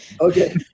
Okay